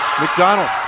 McDonald